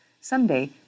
Someday